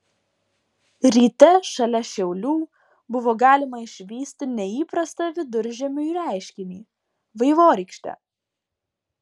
ryte šalia šiaulių buvo galima išvysti neįprastą viduržiemiui reiškinį vaivorykštę